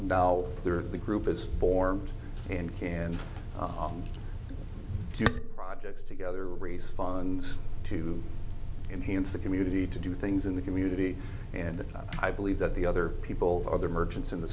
now there are the group is formed and can do projects together responds to enhance the community to do things in the community and i believe that the other people other merchants in the